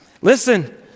Listen